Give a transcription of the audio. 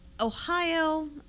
Ohio